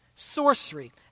Sorcery